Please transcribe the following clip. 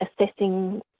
assessing